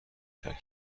کرد